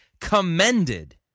commended